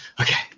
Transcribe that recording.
okay